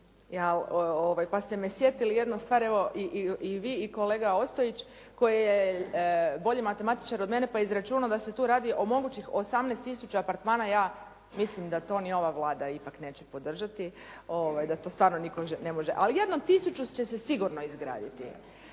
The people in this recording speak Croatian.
pa ste me sjetili jednu stvar, evo i vi i kolega Ostojić, koji je bolji matematičar od mene pa je izračunao da se tu radi o mogućih 18 tisuća apartmana. Ja mislim da to ni ova Vlada ipak neće podržati, da to stvarno nitko ne može. Ali jedno od tisuću će se sigurno izgraditi.